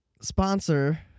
Sponsor